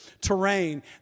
terrain